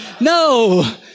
No